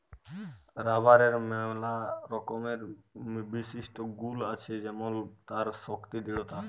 রাবারের ম্যালা রকমের বিশিষ্ট গুল আছে যেমল তার শক্তি দৃঢ়তা